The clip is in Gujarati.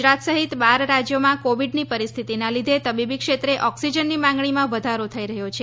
ગુજરાત સહિત બાર રાજ્યોમાં કોવિડની પરિસ્થિતિના લીધે તબીબીક્ષેત્ર એક્સિજનની માગણીમાં વધારો થઈ રહ્યો છે